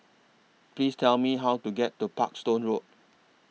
Please Tell Me How to get to Parkstone Road